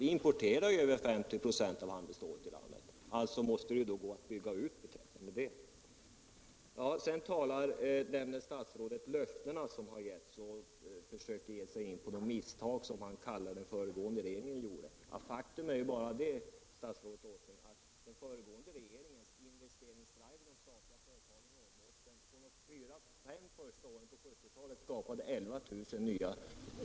Vi importerar över 50 96 av handelsstålet i landet, och då måste det ju gå att bygga ut verksamheten. Statsrådet talade också om de löften som givits och försökte göra gällande att problemen orsakats av de misstag som den föregående regeringen gjorde. Men faktum är ju, statsrådet Åsling, att den föregående regeringens ”investeringsdrive” i de statliga företagen i Norrbotten under de fyra fem första åren av 1970-talet skapade 11 000 nya arbetstillfällen.